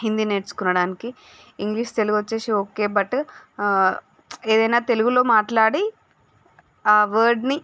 హిందీ నేర్చుకోనడానికి ఇంగ్లీష్ తెలుగు వచ్చేసి okay but ఆ ఏదైనా తెలుగులో మాట్లాడి ఆ వర్డ్ని